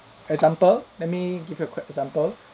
example let me give you a quick example